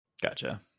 Gotcha